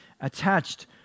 attached